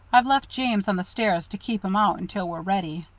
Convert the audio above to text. i've left james on the stairs to keep em out until we're ready.